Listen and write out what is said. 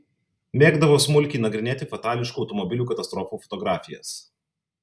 mėgdavo smulkiai nagrinėti fatališkų automobilių katastrofų fotografijas